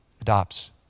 adopts